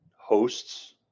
hosts